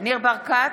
ניר ברקת,